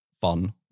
fun